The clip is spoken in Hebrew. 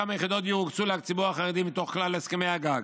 כמה יחידות דיור הוקצו לציבור החרדי מתוך כלל הסכמי הגג.